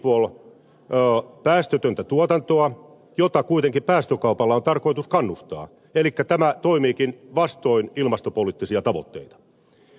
rankaiseeko windfall päästötöntä tuotantoa jota kuitenkin päästökaupalla on tarkoitus kannustaa elikkä tämä toimiikin vastoin ilmastopoliittisia tavoitteita